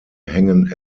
hängen